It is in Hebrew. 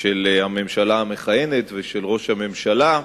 של הממשלה המכהנת ושל ראש הממשלה.